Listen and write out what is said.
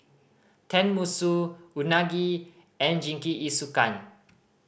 Tenmusu Unagi and Jingisukan